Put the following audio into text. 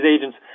agents